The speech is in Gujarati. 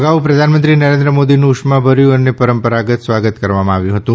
અગાઉ પ્રધાનમંત્રી નરેન્દ્ર મોદીનું ઉષ્માભર્યું અને પરંપરાગત સ્વાગત કરાયું હતું